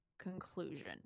conclusion